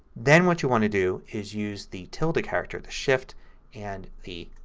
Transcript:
then what you want to do is use the tilde character, the shift and the